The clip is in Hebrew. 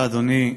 תודה, אדוני.